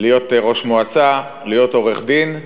להיות ראש מועצה, להיות עורך-דין,